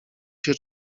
się